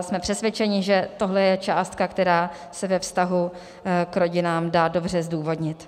Jsme přesvědčeni, že tohle je částka, která se ve vztahu k rodinám dá dobře zdůvodnit.